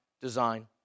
design